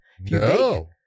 No